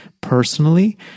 personally